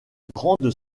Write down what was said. grande